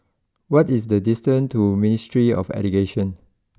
what is the distance to Ministry of Education